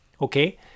okay